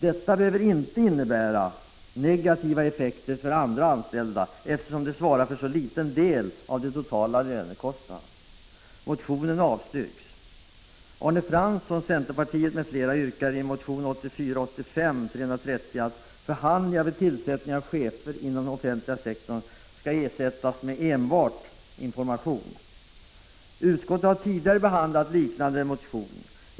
Detta behöver inte innebära negativa 101 effekter för andra anställda, eftersom dessa chefers löner svarar för så liten del av de totala lönekostnaderna. Motionen avstyrks. Utskottet har tidigare behandlat en liknande motion.